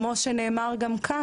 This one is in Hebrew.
כמו שאמרה כאן